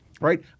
Right